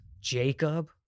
Jacob